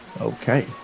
Okay